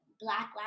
Black